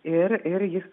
ir ir jis